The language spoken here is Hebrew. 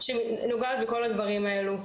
למשל,